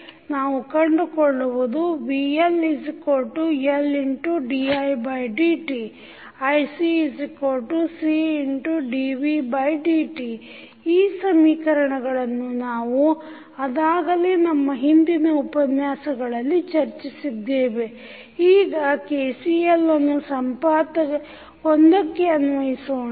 ನಾವು ಕಂಡುಕೊಳ್ಳುವುದು vLLdidt iCCdvdt ಈ ಸಮೀಕರಣಗಳನ್ನು ನಾವು ಅದಾಗಲೇ ನಮ್ಮ ಹಿಂದಿನ ಉಪನ್ಯಾಸಗಳಲ್ಲಿ ಚರ್ಚಿಸಿದ್ದೇವೆ ಈಗ KCL ಅನ್ನು ಸಂಪಾತ 1 ಕ್ಕೆ ಅನ್ವಯಿಸೋಣ